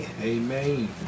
Amen